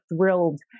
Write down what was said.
thrilled